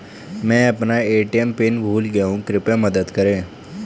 मैं अपना ATM PIN भूल गया हूँ कृपया मदद करें